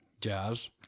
Jazz